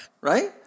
right